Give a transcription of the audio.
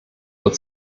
wird